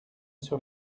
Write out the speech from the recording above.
sur